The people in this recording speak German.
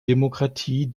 demokratie